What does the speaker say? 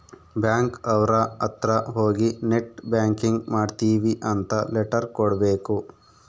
bank ಅವ್ರ ಅತ್ರ ಹೋಗಿ ನೆಟ್ ಬ್ಯಾಂಕಿಂಗ್ ಮಾಡ್ತೀವಿ ಅಂತ ಲೆಟರ್ ಕೊಡ್ಬೇಕು